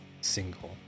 single